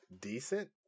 decent